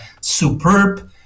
superb